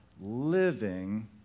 living